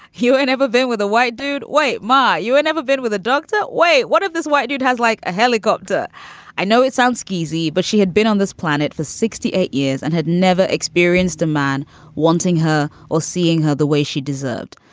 he would never be with a white dude. wait, ma, you and never been with a doctor? wait, what is this white dude has like a helicopter i know it sounds crazy, but she had been on this planet for sixty eight years and had never experienced a man wanting her or seeing her the way she deserved.